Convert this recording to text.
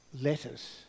letters